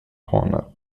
honor